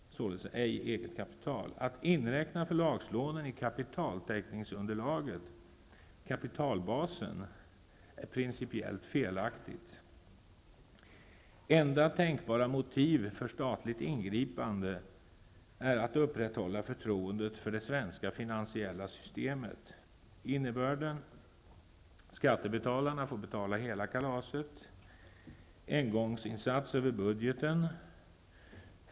Övriga banker kan bli aktuella 1993--94! SE-Banken kan inom tre månader behöva 8 miljarder om Coronado går över styr!